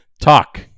Talk